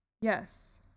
Yes